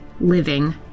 living